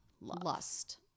lust